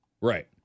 Right